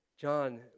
John